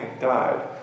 died